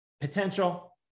Potential